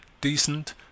decent